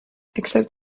except